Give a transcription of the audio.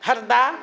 Harda